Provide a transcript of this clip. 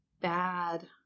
bad